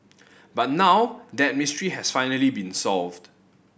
but now that mystery has finally been solved